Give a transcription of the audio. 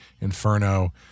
Inferno